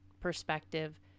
perspective